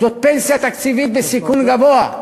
זאת פנסיה תקציבית בסיכון גבוה,